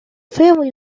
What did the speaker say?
family